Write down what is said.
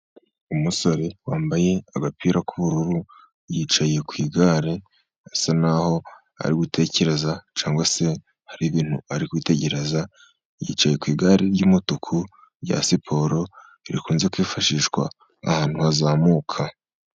Umusore wambaye agapira k'ubururu ,yicaye ku igare . Asa n'aho ari gutekereza cyangwa se hari ibintu ari kwitegereza, yicaye ku igare ry'umutuku rya siporo , rikunze kwifashishwa ahantu hazamuka.